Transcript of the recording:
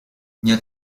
nie